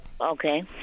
Okay